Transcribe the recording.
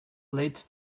late